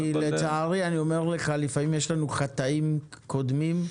לצערי, לפעמים יש לנו חטאים קודמים,